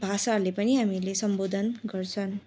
भाषाहरूले पनि हामीले सम्बोधन गर्छन्